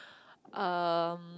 um